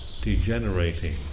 degenerating